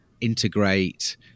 integrate